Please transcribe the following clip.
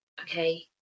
okay